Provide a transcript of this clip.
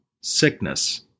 sickness